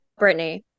Britney